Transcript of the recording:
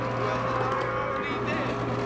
well, i already did.